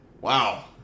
Wow